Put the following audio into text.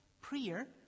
prayer